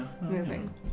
moving